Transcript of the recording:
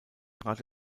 trat